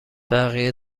بقیه